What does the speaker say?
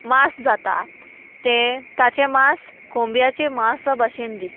मांस जाता तें ताचें मांस कोंबयाचे मांसा भाशेन दिसता